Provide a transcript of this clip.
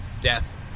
Death